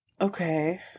Okay